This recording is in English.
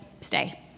stay